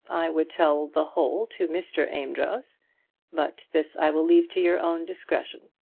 i would tell the whole to mr. amedroz but this i will leave to your own discretion.